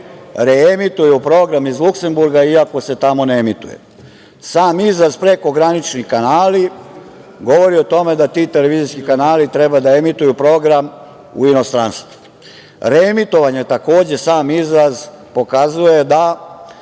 reemituju program iz Luksemburga, iako se tamo ne emituje. Sam izraz „prekogranični kanali“ govori o tome da ti televizijski kanali treba da emituju program u inostranstvu. „Reemitovanje“, takođe, sam izraz pokazuje da